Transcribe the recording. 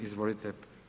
Izvolite.